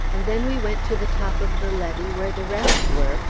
and then we went to the top of the levee where the rest were,